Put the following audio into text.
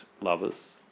lovers